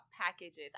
packages